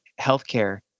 healthcare